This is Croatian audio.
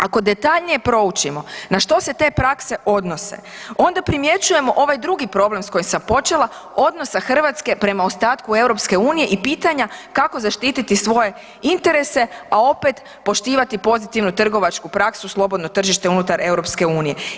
Ako detaljnije proučimo na što se te prakse odnose, onda primjećujemo ovaj drugi problem s kojim sam počela, odnosa Hrvatske prema ostatku EU-a i pitanja kako zaštititi svoje interese a opet poštivati pozitivnu trgovačku praksu i slobodno tržište unutar EU-a.